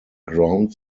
ground